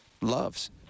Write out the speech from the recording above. loves